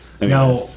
Now